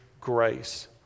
grace